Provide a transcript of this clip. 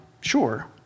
Sure